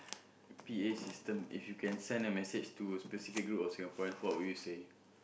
P_A system if you can send a message to a specific group of Singaporean what would you say